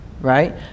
right